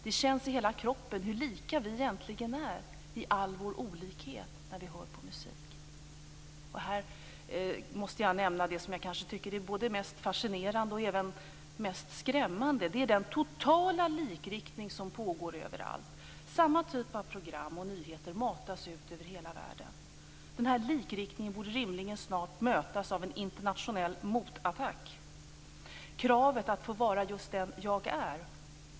Det känns i hela kroppen hur lika vi egentligen är i all vår olikhet när vi hör på musik. Här måste jag nämna det som jag kanske tycker är både det mest fascinerande och det mest skrämmande: den totala likriktning som pågår överallt. Samma typ av program och nyheter matas ut över hela världen. Den här likriktningen borde rimligen snart mötas av en internationell motattack, kravet att få vara just den jag är.